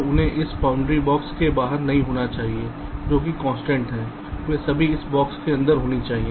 तो उन्हें इस बॉन्डिंग बॉक्स के बाहर नहीं होना चाहिए जो कि कंस्ट्रेंट्स है वे सभी इस बॉक्स के अंदर होनी चाहिए